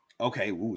Okay